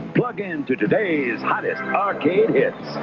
plug in to today's hottest arcade hits,